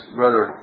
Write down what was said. brother